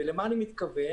למה הכוונה